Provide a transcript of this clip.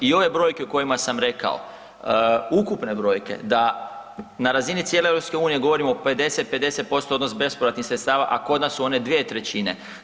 I ove brojke o kojima sam rekao, ukupne brojke da na razini cijele EU govorimo o 50:50% odnos bespovratnih sredstava, a kod nas su one 2/3.